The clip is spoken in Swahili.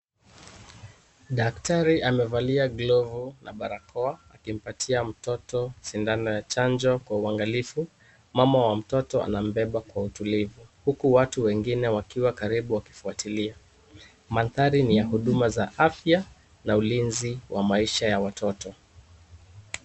Daktari amevalia glovu na barakoa akimpatia mtoto sindano ya chanjo kwa uangalifu, mama wa mtoto anambeba kwa utulivu. Huku watu wengine wakiwa karibu wakifuatilia. Mandhari ni ya huduma za afya na ulinzi wa maisha ya watoto.